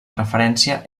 referència